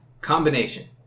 Combination